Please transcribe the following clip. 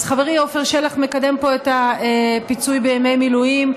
אז חברי עפר שלח מקדם פה את הפיצוי בימי מילואים,